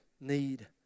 need